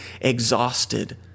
exhausted